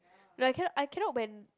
like can I I cannot when